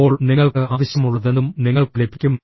അപ്പോൾ നിങ്ങൾക്ക് ആവശ്യമുള്ളതെന്തും നിങ്ങൾക്ക് ലഭിക്കും